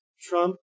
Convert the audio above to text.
Trump